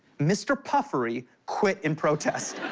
mr. puffery quit in protest.